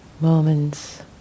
moments